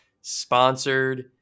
sponsored